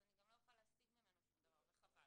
אז אני גם לא אוכל להשיג ממנו שום דבר וחבל.